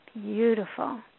Beautiful